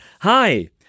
Hi